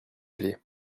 clef